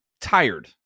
tired